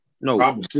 No